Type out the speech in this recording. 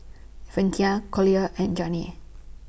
Venita Collier and Janae